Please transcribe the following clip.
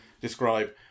describe